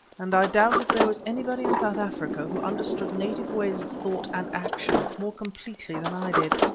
and i doubt if there was anybody in south africa who understood native ways of thought and action more completely than i did.